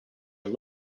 are